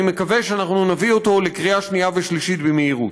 אני מקווה שאנחנו נביא אותו לקריאה שנייה ושלישית במהירות.